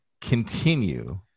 continue